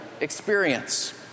experience